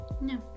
No